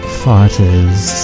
fighters